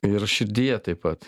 ir širdyje taip pat